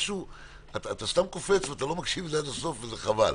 המוסדות אתה סתם קופץ ולא מקשיב לי עד הסוף וזה חבל.